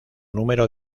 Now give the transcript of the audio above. número